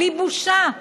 בלי בושה,